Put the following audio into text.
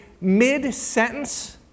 mid-sentence